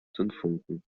zündfunken